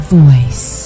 voice